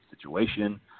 situation